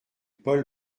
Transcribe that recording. paul